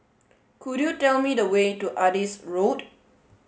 could you tell me the way to Adis Road